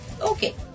Okay